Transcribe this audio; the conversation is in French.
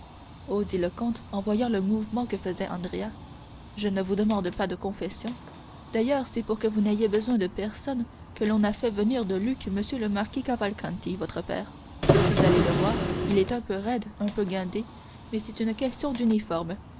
dit le comte en voyant le mouvement que faisait andrea je ne vous demande pas de confession d'ailleurs c'est pour que vous n'ayez besoin de personne que l'on a fait venir de lucques m le marquis cavalcanti votre père vous allez le voir il est un peu raide un peu guindé mais c'est une question d'uniforme